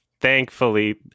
thankfully